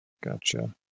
Gotcha